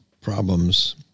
problems